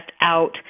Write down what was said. out